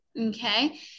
Okay